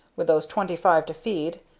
with those twenty-five to feed,